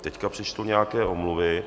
Teď přečtu nějaké omluvy.